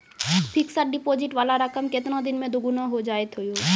Fixed deposit वाला रकम केतना दिन मे दुगूना हो जाएत यो?